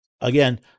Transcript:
Again